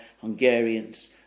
Hungarians